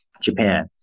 Japan